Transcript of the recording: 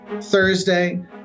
thursday